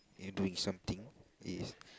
doing something is